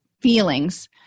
feelings